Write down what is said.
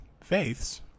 Faiths